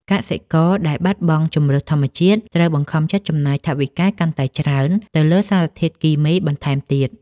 កសិករដែលបាត់បង់ជម្រើសធម្មជាតិ ត្រូវបង្ខំចិត្តចំណាយថវិកាកាន់តែច្រើនទៅលើសារធាតុគីមីបន្ថែមទៀត។